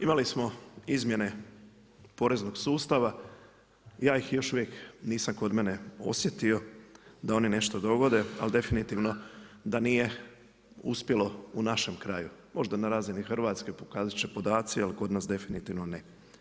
Imali smo izmijene poreznog sustava, ja ih još uvijek nisam kod mene osjetio, da oni nešto dovode, ali definitivno da nije uspjelo u našem kraju, možda na razini Hrvatske, pokazati će podaci ali kod nas definitivno ne.